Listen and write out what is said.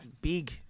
big